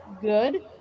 good